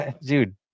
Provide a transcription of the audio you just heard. dude